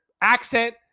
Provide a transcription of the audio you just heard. accent